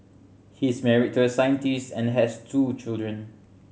he is married to a scientist and has two children